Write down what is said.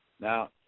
Now